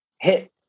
hit